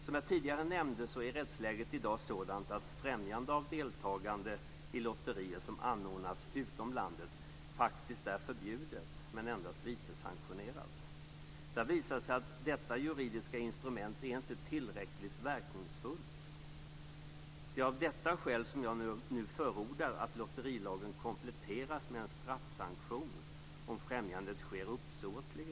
Som jag tidigare nämnde är rättsläget i dag sådant att främjande av deltagande i lotterier som anordnas utom landet faktiskt är förbjudet men endast vitessanktionerat. Det har visat sig att detta juridiska instrument inte är tillräckligt verkningsfullt. Det är av detta skäl som jag nu förordar att lotterilagen kompletteras med en straffsanktion, om främjandet sker uppsåtligen.